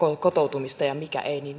kotoutumista ja mikä ei niin